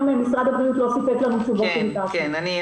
משרד הבריאות לא סיפק לנו תשובות שביקשתי.